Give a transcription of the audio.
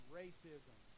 racism